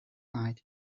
night